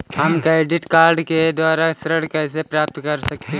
हम credit card के द्वारा ऋण कैसे प्राप्त कर सकते हैं?